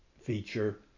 feature